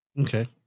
Okay